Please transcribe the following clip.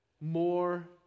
more